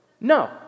No